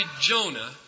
Jonah